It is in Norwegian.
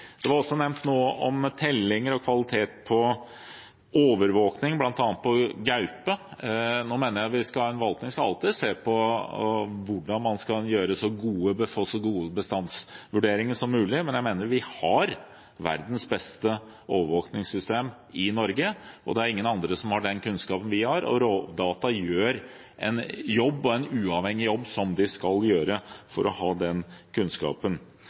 Det var også nevnt noe om tellinger og kvalitet på overvåkning, bl.a. av gaupe. Jeg mener forvaltningen alltid skal se på hvordan man skal få så gode bestandsvurderinger som mulig, men jeg mener vi har verdens beste overvåkningssystem i Norge, og det er ingen andre som har den kunnskapen vi har. Og Rovdata gjør en uavhengig jobb, slik de skal for å ha den kunnskapen.